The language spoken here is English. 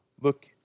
Look